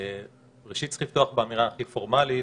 ראשית, צריך לפתוח באמירה הכי פורמלית.